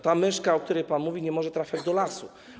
Ta myszka, o której pan mówi, nie może trafiać do lasu.